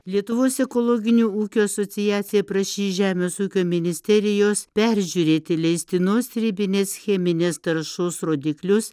lietuvos ekologinių ūkių asociacija prašys žemės ūkio ministerijos peržiūrėti leistinos ribinės cheminės taršos rodiklius